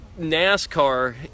NASCAR